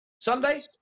Sunday